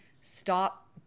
Stop